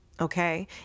Okay